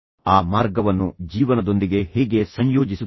ಆ ಮಾರ್ಗವನ್ನು ನಿಮ್ಮ ಜೀವನದೊಂದಿಗೆ ನೀವು ಹೇಗೆ ಸಂಯೋಜಿಸುತ್ತೀರಿ